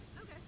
Okay